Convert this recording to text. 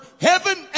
heaven